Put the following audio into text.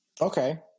Okay